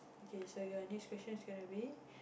okay so ya next question's gonna be